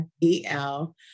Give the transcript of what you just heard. E-L